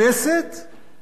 מול החברה,